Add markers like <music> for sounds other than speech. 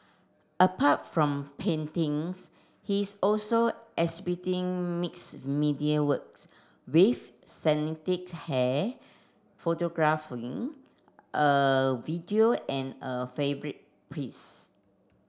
apart from paintings he's also exhibiting mix media works with <unintelligible> hair <unintelligible> a video and a fabric piece